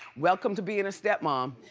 welcome to being a stepmom. um